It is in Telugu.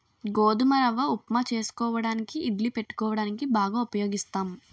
గోధుమ రవ్వ ఉప్మా చేసుకోవడానికి ఇడ్లీ పెట్టుకోవడానికి బాగా ఉపయోగిస్తాం